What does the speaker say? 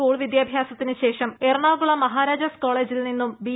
school വിദ്യാഭ്യാസത്തിനുശേഷം എറണാകുളം മഹാരാജാസ് കോളേജിൽ നിന്നും ബി